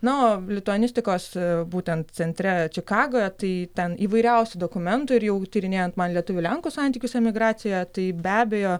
na o lituanistikos būtent centre čikagoje tai ten įvairiausių dokumentų ir jau tyrinėjant man lietuvių lenkų santykius emigracijoje tai be abejo